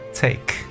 take